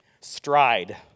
Stride